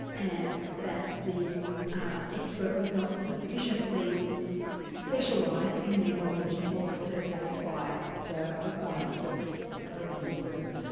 and that the expert was not sufficiently specialised in their knowledge, in order to satisfy the requirements of of the rules of evidence.